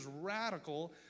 radical